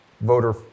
voter